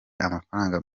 amafaranga